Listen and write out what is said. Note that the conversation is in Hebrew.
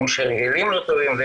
הרגלים לא טובים,